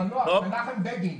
המנוח מנחם בגין,